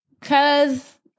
Cause